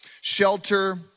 shelter